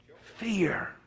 Fear